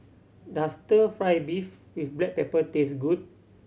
does Stir Fry beef with black pepper taste good